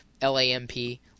L-A-M-P